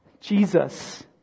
Jesus